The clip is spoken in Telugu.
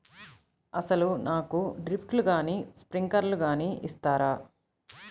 అసలు నాకు డ్రిప్లు కానీ స్ప్రింక్లర్ కానీ ఇస్తారా?